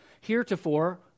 heretofore